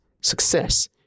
success